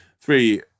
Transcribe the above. Three